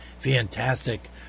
fantastic